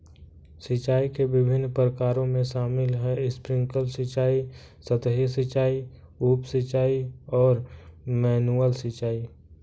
सिंचाई के विभिन्न प्रकारों में शामिल है स्प्रिंकलर सिंचाई, सतही सिंचाई, उप सिंचाई और मैनुअल सिंचाई